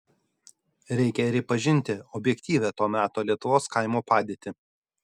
reikia ripažinti objektyvią to meto lietuvos kaimo padėtį